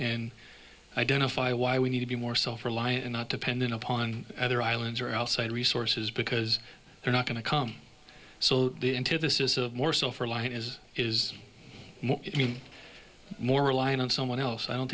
and identify why we need to be more self reliant and not dependent upon other islands or outside resources because they're not going to come so the antithesis of more self reliant is is it mean more reliant on someone else i don't